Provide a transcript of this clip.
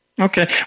Okay